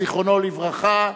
זיכרונו לברכה,